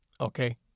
Okay